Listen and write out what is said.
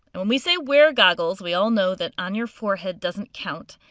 and when we say wear goggles we all know that on your forehead doesn't count.